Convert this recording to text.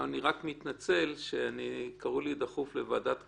אני רק מתנצל שקראו לי דחוף לוועדת הכנסת.